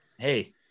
hey